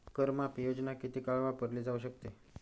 कर माफी योजना किती काळ वापरली जाऊ शकते?